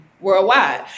worldwide